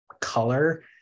color